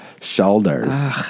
shoulders